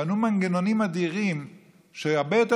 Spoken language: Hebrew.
בנו מנגנונים אדירים שהם הרבה יותר